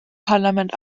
parlament